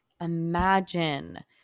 imagine